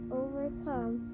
overcome